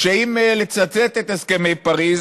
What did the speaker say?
אם לצטט את הסכמי פריז,